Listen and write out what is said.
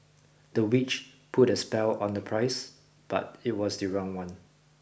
the witch put a spell on the price but it was the wrong one